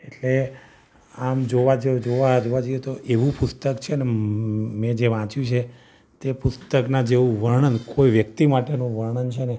એટલે આમ જોવા જોવા જોવા જઈએ તો એવું પુસ્તક છે ને મેં જે વાંચ્યું છે તે પુસ્તકના જેવું વર્ણન કોઈ વ્યક્તિ માટેનું વર્ણન છે ને